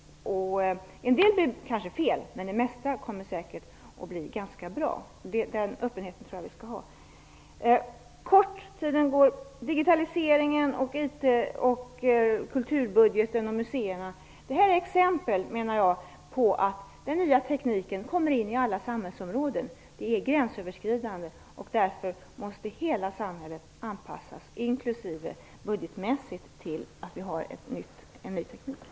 En del blir kanske fel, men det mesta kommer säkert att bli ganska bra. Den öppenheten tror jag att vi skall ha. Kort när det gäller digitaliseringen, IT, kulturbudgeten och muséerna: Detta är exempel på att den nya tekniken kommer in på alla samhällsområden. Den är gränsöverskridande. Därför måste hela samhället anpassas, även budgetmässigt, till den nya tekniken.